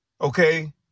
Okay